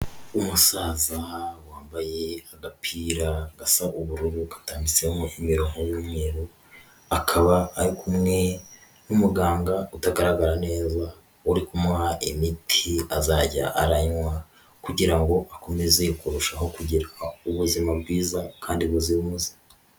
Umusaza wambaye agapira gasa ubururu, gatambitsemo imirongo y'umweru, akaba ari kumwe n'umuganga utagaragara neza, uri kumuha imiti azajya aranywa, kugira ngo akomeze kurushaho kugira ubuzima bwiza kandi buzira umuze.